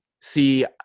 see